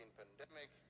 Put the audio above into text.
pandemic